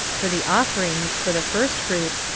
for the offerings, for the firstfruits,